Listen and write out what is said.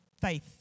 faith